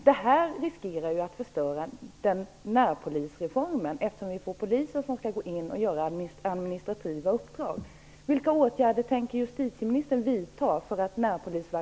Detta riskerar att förstöra närpolisreformen, eftersom poliser skall gå in och göra administrativa uppgifter.